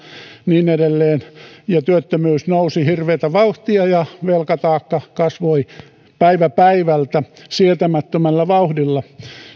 niin edelleen työttömyys nousi hirveätä vauhtia ja velkataakka kasvoi päivä päivältä sietämättömällä vauhdilla